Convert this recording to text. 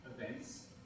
events